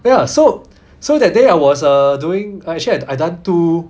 ya so so that day I was uh doing I actually I I done two